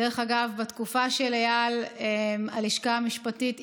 דרך אגב, בתקופה של איל הלשכה המשפטית התנפחה.